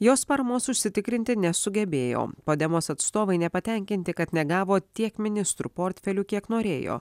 jos paramos užsitikrinti nesugebėjo podemos atstovai nepatenkinti kad negavo tiek ministrų portfelių kiek norėjo